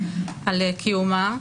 על קיומה,